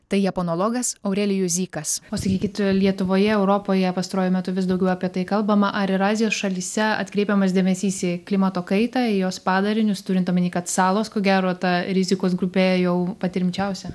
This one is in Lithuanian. tai japonologas aurelijus zykas o sakykit lietuvoje europoje pastaruoju metu vis daugiau apie tai kalbama ar ir azijos šalyse atkreipiamas dėmesys į klimato kaitą į jos padarinius turint omeny kad salos ko gero ta rizikos grupė jau pati rimčiausia